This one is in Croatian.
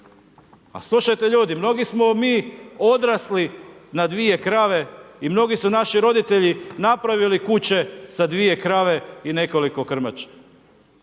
A slušajte ljudi, mnogi smo mi odrasli na 2 krave i mnogi su naši roditelji napravili kuće sa 2 krave i nekoliko krmači.